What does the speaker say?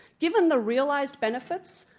given the realized benefits,